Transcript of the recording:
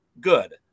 good